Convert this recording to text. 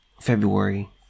february